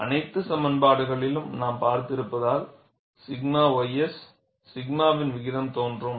அனைத்து சமன்பாடுகளிலும் நாம் பார்த்திருப்பதால் 𝛔 ys 𝛔 வின் விகிதம் தோன்றும்